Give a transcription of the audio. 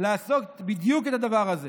לעשות בדיוק את הדבר הזה,